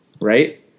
right